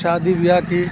شادی بیاہ کی